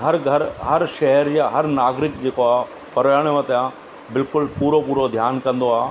हर घरु हर शहरु या हर नागरिक जेको आहे पर्यावरण मथां बिल्कुलु पूरो पूरो ध्यानु कंदो आहे